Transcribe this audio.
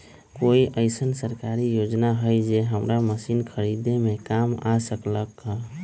कोइ अईसन सरकारी योजना हई जे हमरा मशीन खरीदे में काम आ सकलक ह?